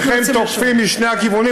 אם שניכם תוקפים משני הכיוונים,